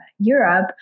Europe